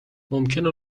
ممکنه